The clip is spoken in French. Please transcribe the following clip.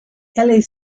est